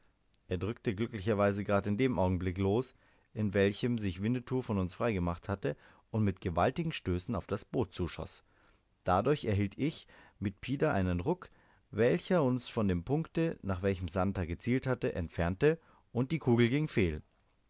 er drückte glücklicherweise grad in dem augenblicke los in welchem sich winnetou von uns freigemacht hatte und mit gewaltigen stößen auf das boot zuschoß dadurch erhielt ich mit pida einen ruck welcher uns von dem punkte nach welchem santer gezielt hatte entfernte und die kugel ging fehl